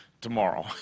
tomorrow